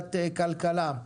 בוועדת כלכלה.